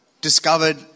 discovered